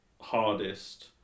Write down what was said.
hardest